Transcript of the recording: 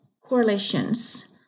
correlations